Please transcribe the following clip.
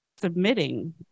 submitting